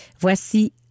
Voici